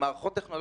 והטיפול